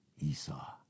Esau